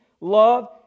love